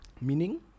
meaning